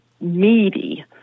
meaty